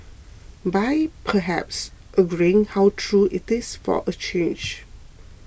by perhaps agreeing how true it is for a change